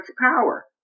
power